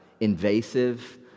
invasive